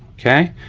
okay,